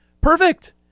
Perfect